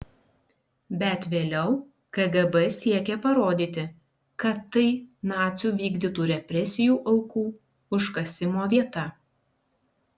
bet vėliau kgb siekė parodyti kad tai nacių vykdytų represijų aukų užkasimo vieta